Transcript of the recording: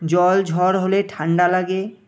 জল ঝড় হলে ঠাণ্ডা লাগে